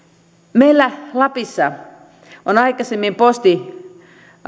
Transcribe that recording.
meillä lapissa on aikaisemmin posti